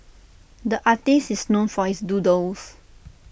the artist is known for his doodles